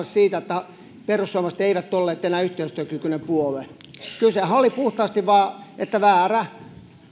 siitä että perussuomalaiset eivät olleet enää yhteistyökykyinen puolue kysehän oli puhtaasti vain siitä että väärä